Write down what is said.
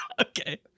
Okay